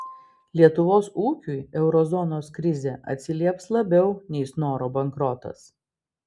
lietuvos ūkiui euro zonos krizė atsilieps labiau nei snoro bankrotas